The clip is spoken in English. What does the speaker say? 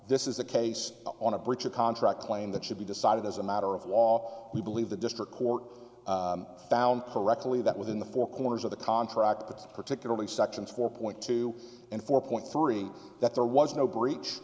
this is a case on a breach of contract claim that should be decided as a matter of law we believe the district court found correctly that within the four corners of the contract that particularly sections four point two and four point three that there was no breach